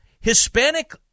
Hispanic